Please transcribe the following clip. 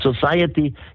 society